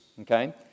okay